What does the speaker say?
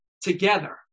together